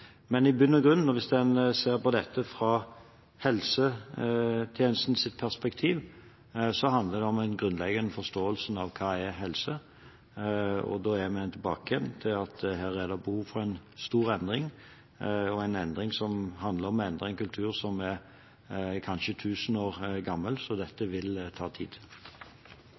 om den grunnleggende forståelsen av hva helse er. Da er vi igjen tilbake til at her er det behov for en stor endring, som handler om å endre en kultur som kanskje er tusen år gammel. Så dette